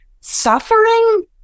suffering